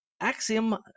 Axiom